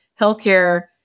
healthcare